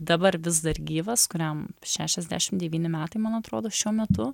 dabar vis dar gyvas kuriam šešiasdešim devyni metai man atrodo šiuo metu